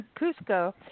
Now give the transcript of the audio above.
Cusco